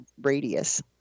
radius